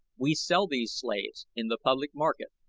we sell these slaves in the public market,